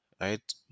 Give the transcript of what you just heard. right